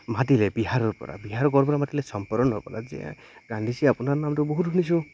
মাতিলে বিহাৰৰ পৰা বিহাৰৰ ক'ৰ পৰা মাতিলে চম্পৰণৰ পৰা যে গান্ধীজী আপোনাৰ নামটো বহুত শুনিছোঁ